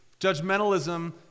Judgmentalism